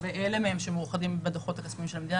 לגבי אלה מהם שמאוחדים בדוחות הכספיים של המדינה,